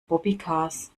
bobbycars